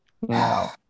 Wow